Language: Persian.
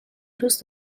روز